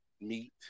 meat